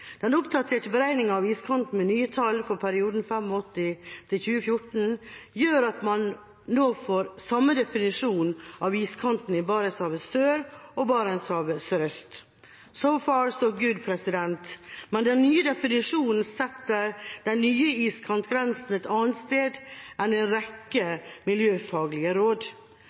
Den oppdaterte beregninga av iskanten med nye tall for perioden 1985–2014 gjør at man nå får samme definisjon av iskanten i Barentshavet sør og Barentshavet sørøst – «so far, so good». Men den nye definisjonen setter den nye iskantgrensen et annet sted enn en rekke